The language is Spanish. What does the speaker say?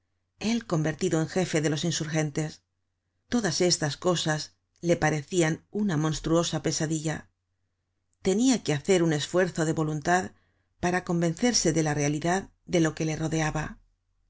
él convertido en jefe de los insurgentes todas estas cosas le parecian una monstruosa pesadilla tenia que hacer un esfuerzo de voluntad para convencerse de la realidad de lo que le rodeaba